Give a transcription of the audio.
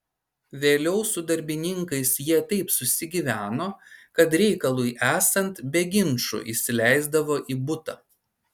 vėliau su darbininkais jie taip susigyveno kad reikalui esant be ginčų įsileisdavo į butą